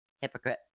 Hypocrite